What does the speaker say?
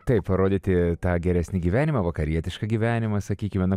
taip parodyti tą geresnį gyvenimą vakarietišką gyvenimą sakykime na